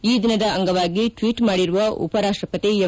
ಈ ದಿನದ ಅಂಗವಾಗಿ ಟ್ವೀಟ್ ಮಾಡಿರುವ ಉಪರಾಪ್ಷಪತಿ ಎಂ